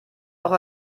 auch